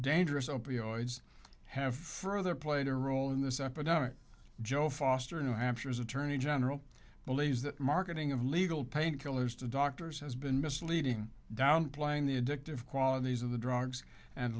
opioids have further played a role in this epidemic joe foster new hampshire's attorney general believes that marketing of legal painkillers to doctors has been misleading downplaying the addictive qualities of the drugs and